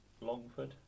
Longford